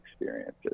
experiences